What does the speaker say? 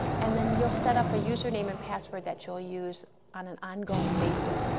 and then you'll set up a user name and password that you'll use on an ongoing basis.